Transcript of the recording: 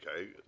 okay